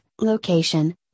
location